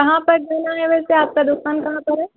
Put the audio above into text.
کہاں پر دینان ہے ویسے آپ کا دکان کہاں پر ہے